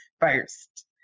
first